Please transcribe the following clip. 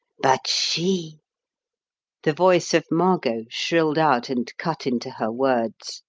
but she the voice of margot shrilled out and cut into her words.